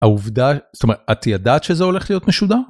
העובדה, זאת אומרת, את ידעת שזה הולך להיות משודר?